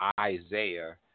Isaiah